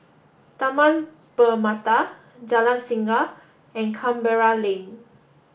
Taman Permata Jalan Singa and Canberra Lane